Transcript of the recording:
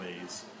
ways